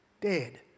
Dead